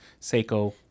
seiko